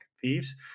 Thieves